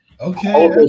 Okay